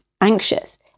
anxious